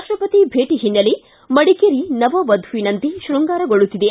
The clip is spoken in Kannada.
ರಾಪ್ಟಪತಿ ಭೇಟ ಹಿನ್ನೆಲೆ ಮಡಿಕೇರಿ ನವವಧುವಿನಂತೆ ಶೃಂಗಾರಗೊಳ್ಳುತ್ತಿದೆ